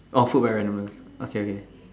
oh food very known okay okay